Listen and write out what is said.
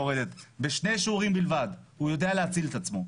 בשני שיעורים בלבד, הוא ידוע להציל את עצמו.